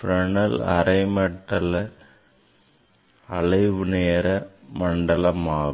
Fresnel அரை அலைவுநேர மண்டலமாகும்